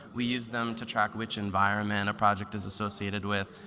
we use them to track which environment a project is associated with.